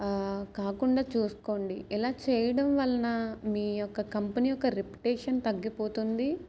కాకుండా చూసుకోండి ఇలా చేయడం వలన మీ యొక్క కంపెనీ యొక్క రిపిటేషన్ తగ్గిపోతుంది